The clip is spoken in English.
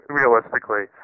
realistically